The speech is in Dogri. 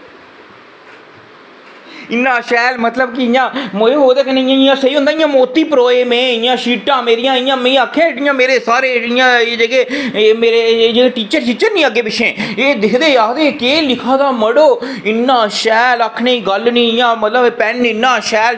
इन्ना शैल मतलब कि इं'या ओह्दे कन्नै इं'या सेही होंदा कि में इंया मोती परोए ते शीटां मेरियां इं'या में आक्खेआ भरियां ते मेरे एह् जेह्ड़े टीचर नी अग्गें पिच्छें एह् दिखदे आखदे केह् लिखे दा मड़ो इन्ना शैल आखने दी गल्ल निं ते इं'या पेन मतलब इन्ना शैल चला दा